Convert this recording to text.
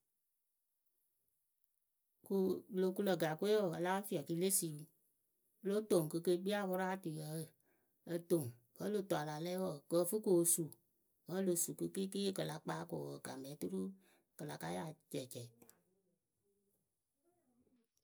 Pɨ lo kuǝ̈ gakǝ we wǝǝ a láa fiɔ kɨ le si o lóo toŋ kǝ ke kpii apʊraatuyǝ o toŋ vǝ́ o lo toŋ a la lɛ wǝǝ kǝ ǝ fɨ kɨ o su. wǝ́ o lo su kɨ kɩɩkɩ kɨ l kpaa ko wǝǝ gamɛ oturu kɨ la ka yaa cɛɛcɛɛ.